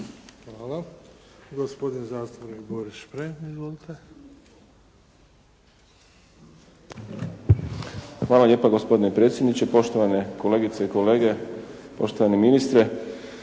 Hvala. Gospodin zastupnik Boris Šprem. Izvolite. **Šprem, Boris (SDP)** Hvala lijepa gospodine predsjedniče. Poštovane kolegice i kolege, poštovani ministre.